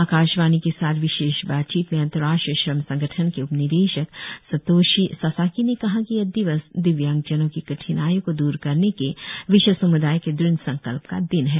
आकाशवाणी के साथ विशेष बातचीत में अंतर्राष्ट्रीय श्रम संगठन के उपनिदेशक सतोषी सासाकी ने कहा कि यह दिवस दिव्यांग जनों की कठिनाईयों को दूर करने के विश्व सम्दाय के दृढ़ संकल्प का दिन है